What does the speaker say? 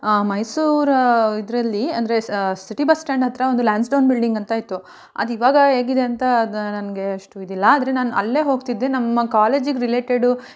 ಮೈಸೂರು ಇದರಲ್ಲಿ ಅಂದರೆ city bus stand ಹತ್ತಿರ ಒಂದು ಲ್ಯಾನ್ಸ್ಡೌನ್ ಬಿಲ್ಡಿಂಗ್ ಅಂತ ಇತ್ತು ಅದು ಇವಾಗ ಹೇಗಿದೆ ಅಂತ ಅದು ನನಗೆ ಅಷ್ಟು ಇದಿಲ್ಲ ಆದರೆ ನಾನು ಅಲ್ಲೇ ಹೋಗ್ತಿದ್ದೆ ನಮ್ಮ ಕಾಲೇಜಿಗೆ ರಿಲೇಟೆಡು